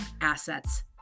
assets